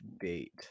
bait